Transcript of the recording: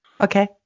okay